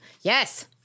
yes